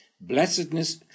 Blessedness